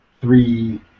three